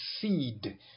seed